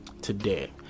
today